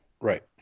Right